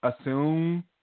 assume